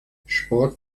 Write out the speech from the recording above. sport